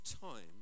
time